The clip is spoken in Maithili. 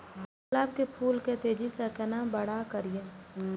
गुलाब के फूल के तेजी से केना बड़ा करिए?